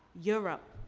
europe,